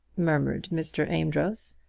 murmured mr. amedroz.